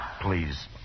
please